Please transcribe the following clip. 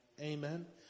Amen